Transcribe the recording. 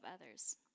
others